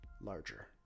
larger